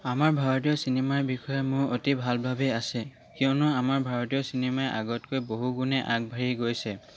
আমাৰ ভাৰতীয় চিনেমাৰ বিষয়ে মোৰ অতি ভাল ভাৱেই আছে কিয়নো আমাৰ ভাৰতীয় চিনেমাই আগতকৈ বহু গুণেই আগবাঢ়ি গৈছে